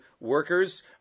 workers